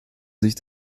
sich